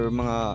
mga